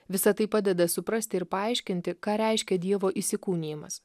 visa tai padeda suprasti ir paaiškinti ką reiškia dievo įsikūnijimas